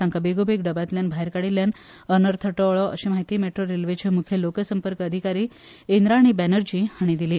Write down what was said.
तांकां बेगोबेग डब्यांतल्यान भायर काडिल्ल्यान अनर्थ टळ्ळो अशी माहिती मेट्रो रेल्वेचे मुखेल लोकसंपर्क अधिकारी इंद्राणी बॅनर्जी हांणी दिली